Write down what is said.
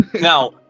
now